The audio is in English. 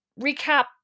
recap